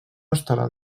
estarà